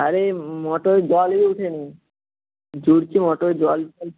আরে মোটর জলই ওঠেনি জুড়ছে মোটর জল